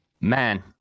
man